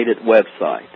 website